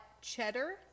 cheddar